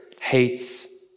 hates